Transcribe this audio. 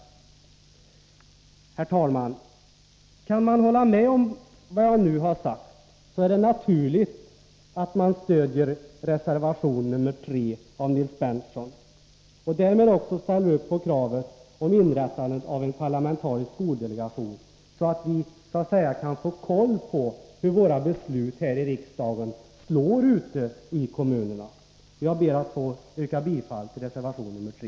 Herr talman! Om man kan hålla med om vad jag nu sagt, är det naturligt att man stödjer reservation nr 3 av Nils Berndtson och därmed också ställer sig bakom kravet på inrättande av en parlamentarisk skoldelegation, så att vi kan kontrollera hur våra beslut här i riksdagen följs ute i kommunerna. Jag ber att få yrka bifall till reservation nr 3.